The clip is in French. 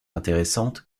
intéressante